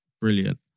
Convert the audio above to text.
brilliant